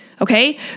Okay